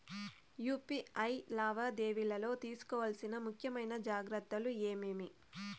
UPI లావాదేవీలలో తీసుకోవాల్సిన ముఖ్యమైన జాగ్రత్తలు ఏమేమీ?